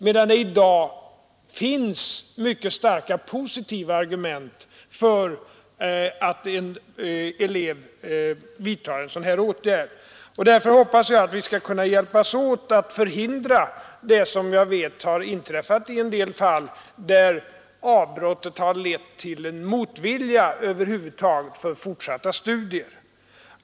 I dag kan det dock finnas mycket starka positiva argument för att en elev vidtar en sådan åtgärd. Därför hoppas jag att vi skall kunna hjälpas åt att förhindra det som jag vet har inträffat i en del fall, där avbrotten har lett till en motvilja över huvud taget mot fortsatta studier.